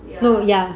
no ya